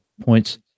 points